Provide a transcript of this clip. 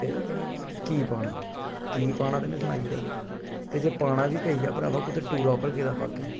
ते कीऽ पाना ते कीऽ पाना मिगी सनाई ओड़े ते कुदै पाना बी पेइया भ्रावा कुदै टूरै पर गेदे पागे